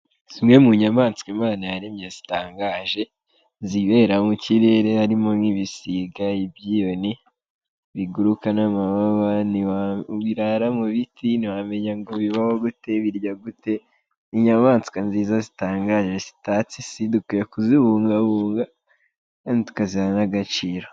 Zimwe mu nyamaswa Imana yaremye zitangaje, zibera mu kirere. Harimo nk'ibisiga, ibyiyoni biguruka n'amababa birara mu biti. Ntiwamenya ngo bibaho gute, birya gute. Inyamaswa nziza zitangaje zitatse Isi, dukwiye kuzibungabunga kandi tukaziha n'agaciro.